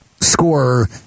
scorer